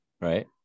Right